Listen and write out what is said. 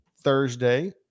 thursday